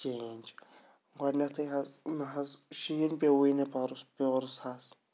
change گۄڈنٮ۪تھٕے حظ نہٕ حظ شیٖن پیوٚوُے نہٕ پَرُس پیٲرِس حظ